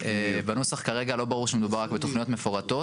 בנוסח כרגע לא ברור שמדובר רק בתוכניות מפורטות.